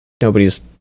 nobody's-